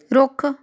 ਰੁੱਖ